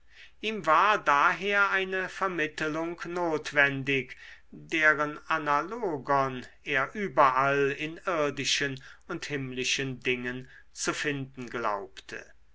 ihm war daher eine vermittelung notwendig deren analogon er überall in irdischen und himmlischen dingen zu finden glaubte